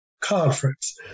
conference